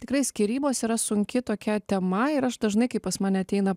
tikrai skyrybos yra sunki tokia tema ir aš dažnai kai pas mane ateina